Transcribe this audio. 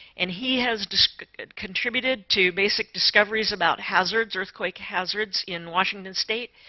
and he has contributed to basic discoveries about hazards earthquake hazards in washington state,